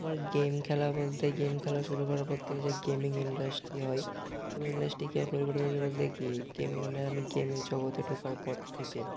আমার গেম খেলা বলতে গেম খেলা শুরু করার পর থেকে যে গেমিং ইন্ডাস্ট্রি হয় এবং ইন্ডাস্ট্রি বলতে কী গেমিং আমি গেমের জগতে ঢোকার পর থেকে